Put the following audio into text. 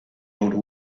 old